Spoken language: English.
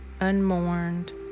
unmourned